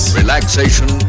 relaxation